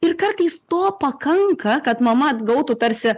ir kartais to pakanka kad mama atgautų tarsi